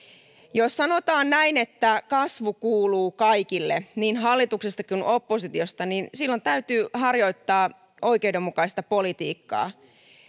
jos sanotaan näin että kasvu kuuluu kaikille niin hallituksesta kuin oppositiosta silloin täytyy harjoittaa oikeudenmukaista politiikkaa